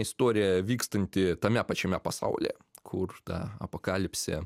istorija vykstanti tame pačiame pasaulyje kur ta apokalipsė